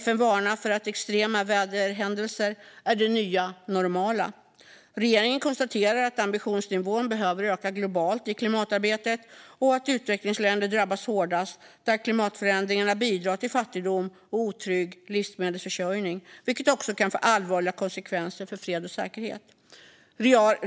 FN varnar för att extrema väderhändelser är det nya normala. Regeringen konstaterar att ambitionsnivån behöver öka globalt i klimatarbetet och att utvecklingsländer drabbas hårdast, där klimatförändringarna bidrar till fattigdom och otrygg livsmedelsförsörjning, vilket också kan få allvarliga konsekvenser för fred och säkerhet.